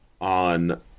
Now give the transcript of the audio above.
on